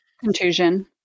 Contusion